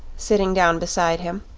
sitting down beside him.